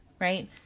right